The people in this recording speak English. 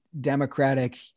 Democratic